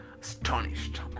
astonished